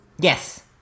Yes